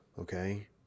okay